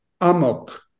amok